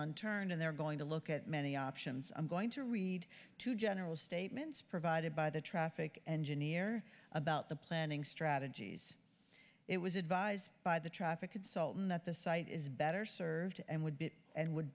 unturned and they're going to look at many options i'm going to read to general statements provided by the traffic engineer about the planning strategies it was advised by the traffic consultant at the site is better served and would be and w